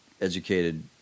educated